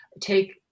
take